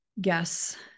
guess